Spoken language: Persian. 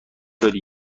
داری